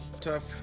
tough